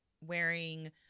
wearing